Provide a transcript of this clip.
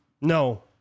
No